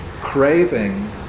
craving